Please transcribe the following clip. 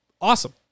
Awesome